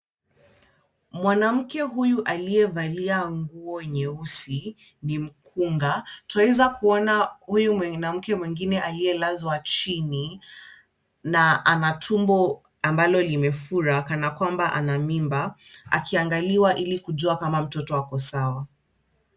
Mwanamke huyu aliyevalia nguo nyeusi ni mkunga. Twaweza kuona huyu mwanamke mwingine aliyelazwa chini na ana tumbo ambalo limefura kana kwamba ana mimba, akiangaliwa ili kujua kama mtoto ako sawa.